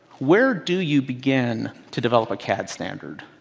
where do you begin to develop a cad standard?